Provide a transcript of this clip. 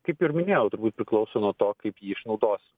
kaip ir minėjau turbūt priklauso nuo to kaip jį išnaudos